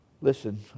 Listen